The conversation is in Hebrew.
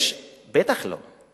בטח לא.